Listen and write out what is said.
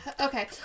Okay